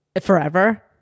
forever